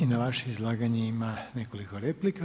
I na vaše izlaganje ima nekoliko replika.